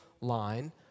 line